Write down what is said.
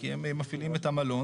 כי הם מפעילים את המלון.